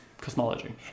cosmology